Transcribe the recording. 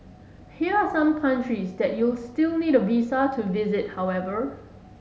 here are some countries that you'll still need a visa to visit however